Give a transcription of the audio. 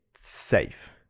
safe